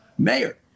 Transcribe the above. mayor